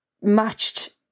matched